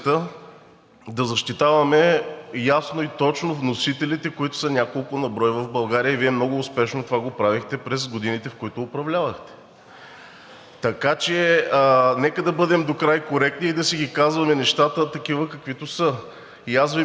да защитаваме ясно и точно вносителите, които са няколко на брой в България. Вие много успешно това го правихте през годините, в които управлявахте, така че нека да бъдем докрай коректни и да си ги казваме нещата такива, каквито са. Аз Ви моля,